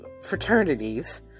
fraternities